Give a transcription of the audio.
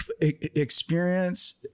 experience